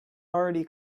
already